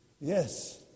Yes